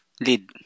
Lead